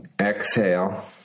Exhale